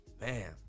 Man